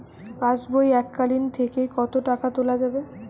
পাশবই এককালীন থেকে কত টাকা তোলা যাবে?